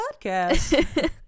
podcast